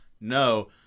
No